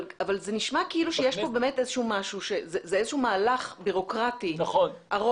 אבל זה נשמע כאילו שזה איזשהו מהלך בירוקרטי ארוך,